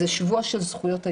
זה שבוע של זכויות הילד,